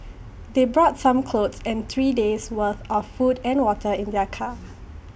they brought some clothes and three days'worth of food and water in their car